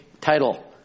title